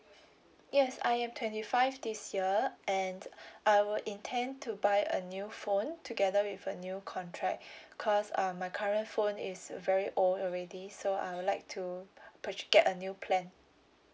yes I am twenty five this year and I were intent to buy a new phone together with a new contract cause um my current phone is very old already so I will like to purch~ get a new plan